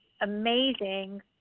amazing